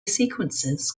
sequences